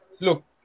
look